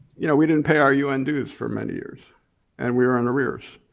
you know we didn't pay our un dues for many years and we were in the rears.